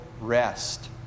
rest